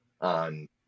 on